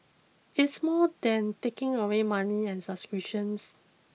it's more than taking away money and subscriptions